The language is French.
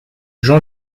jean